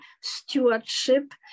stewardship